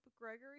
Gregory